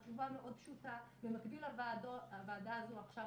התשובה מאוד פשוטה במקביל לוועדה הזו עכשיו,